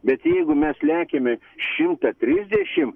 bet jeigu mes lekiame šimtą trisdešim